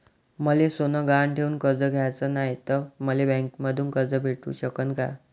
मले सोनं गहान ठेवून कर्ज घ्याचं नाय, त मले बँकेमधून कर्ज भेटू शकन का?